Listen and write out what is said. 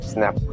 Snap